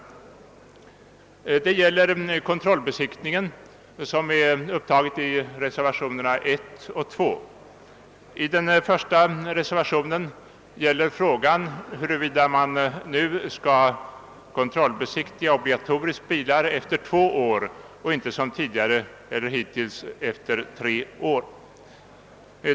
Det gäller kontrollbesiktningen som är upptagen i reservationerna I och II. Den första reservationen gäller frågan om huruvida man nu skall ha obligatorisk kontrollbesiktning av bilar efter två år och inte som hittills efter tre år.